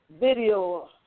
video